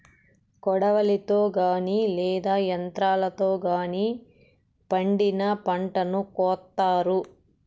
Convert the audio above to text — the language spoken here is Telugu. కొడవలితో గానీ లేదా యంత్రాలతో గానీ పండిన పంటను కోత్తారు